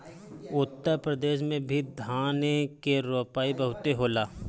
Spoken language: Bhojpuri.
उत्तर प्रदेश में भी धान के रोपाई बहुते होला